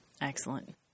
Excellent